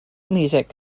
music